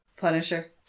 Punisher